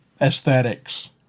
aesthetics